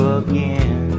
again